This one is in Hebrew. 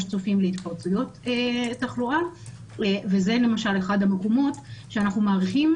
צופים להתפרצויות תחלואה וזה למשל אחד המקומות שאנחנו מעריכים,